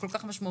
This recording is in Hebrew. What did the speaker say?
כל כך משמעותי,